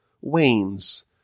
wanes